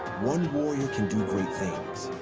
one warrior can do great things.